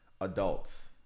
adults